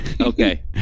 Okay